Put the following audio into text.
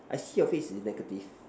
I see your face is negative